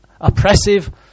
oppressive